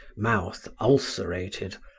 mouth ulcerated,